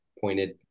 pointed